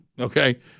Okay